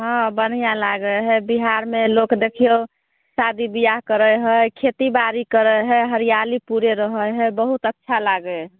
हँ बढ़िआँ लागै हइ बिहारमे लोक देखिऔ शादी बिआह करै हइ खेतीबाड़ी करै हइ हरिआली पूरे रहै हइ बहुत अच्छा लागै हइ